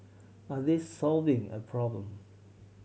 are they solving a problem